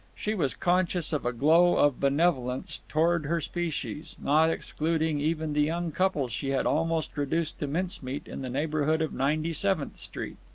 she was conscious of a glow of benevolence toward her species, not excluding even the young couple she had almost reduced to mincemeat in the neighbourhood of ninety-seventh street.